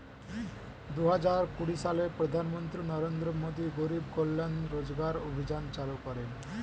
দুহাজার কুড়ি সালে প্রধানমন্ত্রী নরেন্দ্র মোদী গরিব কল্যাণ রোজগার অভিযান চালু করেন